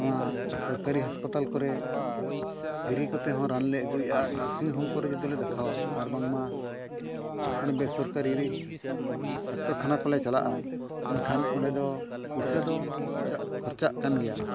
ᱱᱚᱣᱟ ᱥᱚᱨᱠᱟᱨᱤ ᱠᱚᱨᱮ ᱠᱚᱛᱮ ᱦᱚᱸ ᱨᱟᱱᱞᱮ ᱟᱹᱜᱩᱭᱮᱫᱼᱟ ᱟᱨ ᱠᱚᱨᱮ ᱡᱩᱫᱤᱞᱮ ᱫᱮᱠᱷᱟᱣᱟ ᱟᱨ ᱵᱟᱝᱢᱟ ᱚᱱᱮ ᱵᱮᱼᱥᱚᱨᱠᱟᱨᱤ ᱨᱮ ᱰᱟᱠᱛᱚᱨ ᱠᱷᱟᱱᱟ ᱠᱚᱞᱮ ᱪᱟᱞᱟᱜᱼᱟ ᱮᱱᱠᱷᱟᱱ ᱚᱸᱰᱮ ᱫᱚ ᱯᱩᱭᱥᱟᱹ ᱫᱚ ᱠᱷᱚᱨᱪᱟ ᱠᱷᱚᱨᱪᱟᱜ ᱠᱟᱱ ᱜᱮᱭᱟ